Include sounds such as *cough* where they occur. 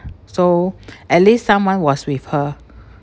so *breath* at least someone was with her